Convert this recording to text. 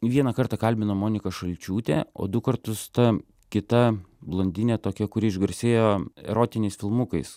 vieną kartą kalbino monika šalčiūtė o du kartus ta kita blondinė tokia kuri išgarsėjo erotiniais filmukais